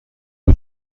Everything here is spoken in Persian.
شما